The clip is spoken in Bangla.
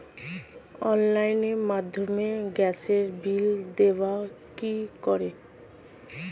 অনলাইনের মাধ্যমে গ্যাসের বিল দেবো কি করে?